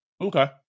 okay